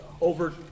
over